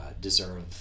deserve